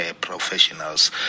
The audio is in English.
Professionals